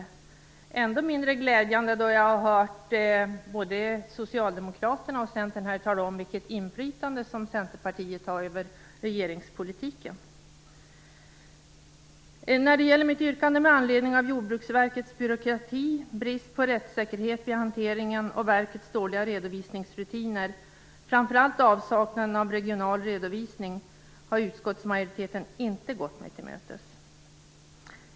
Det är ändå mindre glädjande när jag har hört både Socialdemokraterna och Centern här tala om vilket inflytande Centern har över regeringspolitiken. När det gäller mitt yrkande med anledning av framför allt avsaknaden av regional redovisning - har utskottsmajoriteten inte gått mig till mötes.